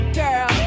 girl